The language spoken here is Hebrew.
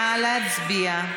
נא להצביע.